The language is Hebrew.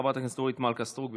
חברת הכנסת אורית מלכה סטרוק.